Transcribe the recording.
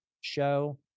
show